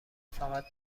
فقط